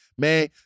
Man